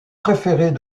préférés